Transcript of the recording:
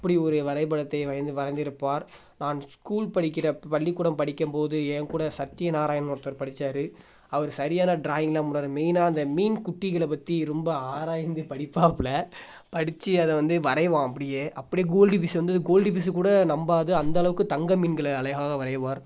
அப்படி ஒரு வரைபடத்தை வியந்து வரைந்துருப்பார் நான் ஸ்கூல் படிக்கிறப் பள்ளிக்கூடம் படிக்கும் போது ஏன் கூட சத்திய நாராயண் ஒருத்தர் படிச்சார் அவர் சரியான ட்ராயிங்லாம் பண்ணுவாரு மெயினா அந்த மீன் குட்டிகள பற்றி ரொம்ப ஆராய்ந்து படிப்பாப்புல படிச்சி அதை வந்து வரைவான் அப்படியே அப்படியே கோல்டு ஃபிஷ்ஷு வந்து கோல்டு ஃபிஷ்ஷு கூட நம்பாது அந்தளவுக்கு தங்க மீன்களை அலைகாக வரைவார்